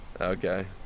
Okay